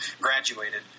graduated